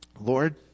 Lord